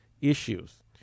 issues